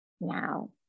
now